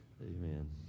Amen